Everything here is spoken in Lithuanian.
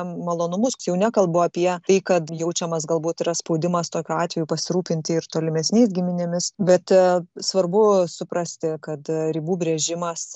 malonumus jau nekalbu apie tai kad jaučiamas galbūt yra spaudimas tokiu atveju pasirūpinti ir tolimesniais giminėmis bet svarbu suprasti kad ribų brėžimas